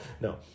no